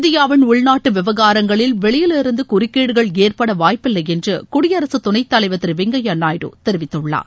இந்தியாவின் உள்நாட்டு விவகாரங்களில் வெளியிலிருந்து குறுக்கீடுகள் ஏற்பட வாய்ப்பில்லை என்று குடியரசு துணைத் தலைவர் திரு வெங்கய்யா நாயுடு தெரிவித்துள்ளார்